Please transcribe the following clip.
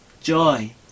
joy